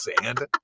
sand